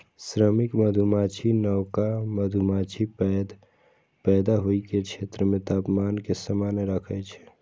श्रमिक मधुमाछी नवका मधुमाछीक पैदा होइ के क्षेत्र मे तापमान कें समान राखै छै